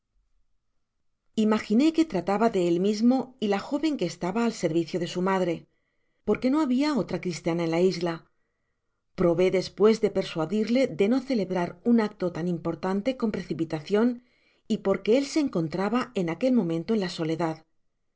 imaginé que trataba de él mismo y la joven que estaba al servicio de su madre porque no habia otra cristiana en la isla probé despues de persuadirle de no celebra un acto tan importante con precipitacion y porque él se encontraba en aquel momento en la soledad